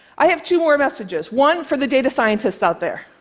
i have two more messages, one for the data scientists out there.